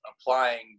applying